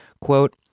Quote